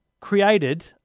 created